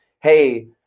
hey